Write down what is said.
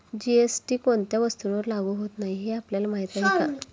GST कोणत्या वस्तूंवर लागू होत नाही हे आपल्याला माहीत आहे का?